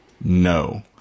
no